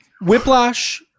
Whiplash